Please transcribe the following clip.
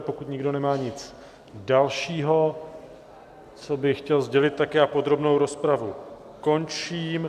Pokud nikdo nemá nic dalšího, co by chtěl sdělit, tak podrobnou rozpravu končím.